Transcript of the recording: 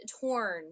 torn